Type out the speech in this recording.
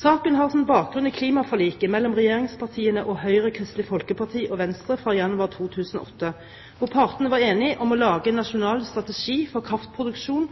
Saken har sin bakgrunn i klimaforliket mellom regjeringspartiene og Høyre, Kristelig Folkeparti og Venstre fra januar 2008, hvor partene var enige om å lage en nasjonal strategi for kraftproduksjon